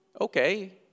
Okay